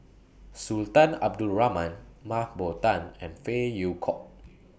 Sultan Abdul Rahman Mah Bow Tan and Phey Yew Kok